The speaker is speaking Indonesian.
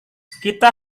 kita